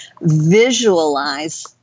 Visualize